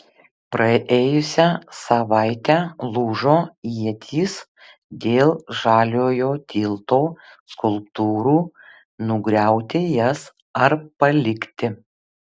praėjusią savaitę lūžo ietys dėl žaliojo tilto skulptūrų nugriauti jas ar palikti